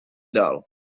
dál